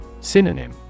Synonym